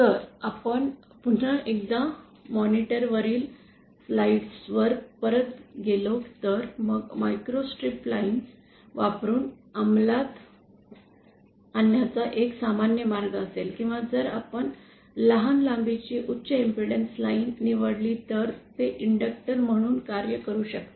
जर आपण पुन्हा एकदा मॉनिटर वरील स्लाइड्स वर परत गेलो तर मग मायक्रोस्ट्रिप लाइन वापरुन अंमलात आणण्याचा एक सामान्य मार्ग असेल किंवा जर आपण लहान लांबीची उच्च इम्पेडन्स लाइन निवडली तर ते इंडक्टर् म्हणून कार्य करू शकते